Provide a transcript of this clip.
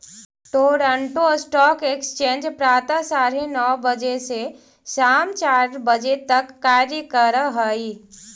Toronto stock exchange प्रातः साढ़े नौ बजे से सायं चार बजे तक कार्य करऽ हइ